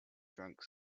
drank